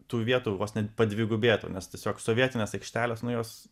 tų vietų vos ne padvigubėtų nes tiesiog sovietinės aikštelės nu jos